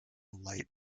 light